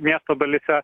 miesto dalyse